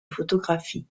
photographie